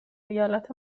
ایالت